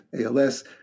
ALS